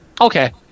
Okay